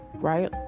Right